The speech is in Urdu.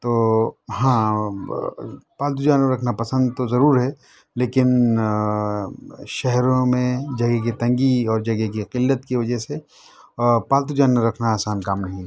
تو ہاں پالتو جانور رکھنا پسند تو ضرور ہے لیکن شہروں میں جگہ کی تنگی اور جگہ کی قلّت کی وجہ سے پالتو جانور رکھنا آسان کام نہیں ہے